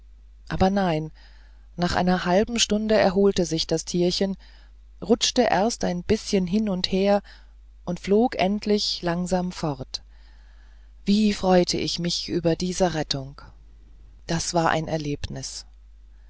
aber nein nach einer halben stunde erholte sich das tierchen rutschte erst ein bißchen hin und her und flog endlich langsam fort wie freute ich mich über diese rettung das war ein erlebnis